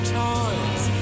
toys